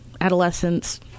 adolescents